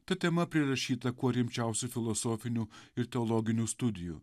ta tema prirašyta kuo rimčiausių filosofinių ir teologinių studijų